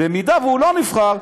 אם הוא לא נבחר,